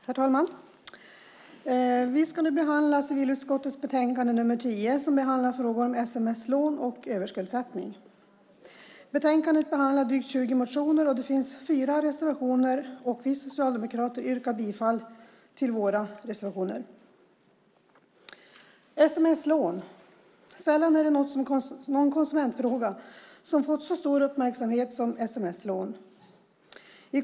Herr talman! Vi ska nu behandla civilutskottets betänkande nr 10 där frågor om sms-lån och överskuldsättning behandlas. I betänkandet behandlas drygt 20 motioner. Det finns fyra reservationer, och vi socialdemokrater yrkar bifall till våra reservationer. Sällan har någon konsumentfråga fått så stor uppmärksamhet som sms-lån.